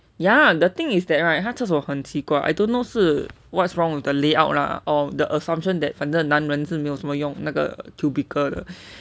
ya the thing is that right 他厕所很奇怪 I don't know 是 what's wrong with the layout lah or the assumption that 反正男人是没有什么用那个 cubicle 的